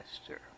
master